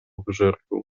wyżerką